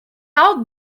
out